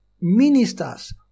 ministers